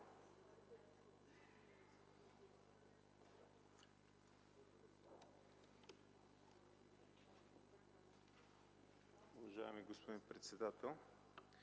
Уважаеми господин председателстващ,